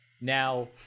Now